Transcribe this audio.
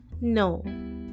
no